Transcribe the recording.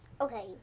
Okay